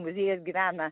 muziejus gyvena